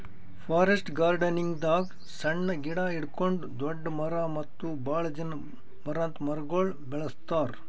forest ಗಾರ್ಡನಿಂಗ್ದಾಗ್ ಸಣ್ಣ್ ಗಿಡ ಹಿಡ್ಕೊಂಡ್ ದೊಡ್ಡ್ ಮರ ಮತ್ತ್ ಭಾಳ್ ದಿನ ಬರಾಂತ್ ಮರಗೊಳ್ ಬೆಳಸ್ತಾರ್